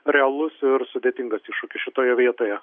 realus ir sudėtingas iššūkis šitoje vietoje